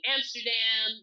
Amsterdam